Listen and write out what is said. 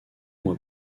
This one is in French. mois